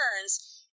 turns